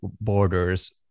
borders